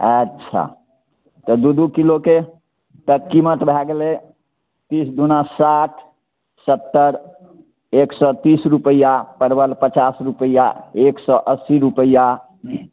अच्छा तऽ दू दू किलोके तऽ कीमत भए गेलै तीस दुना साठ सत्तर एक सए तीस रुपैआ परवल पचास रुपैआ एक सए अस्सी रुपैआ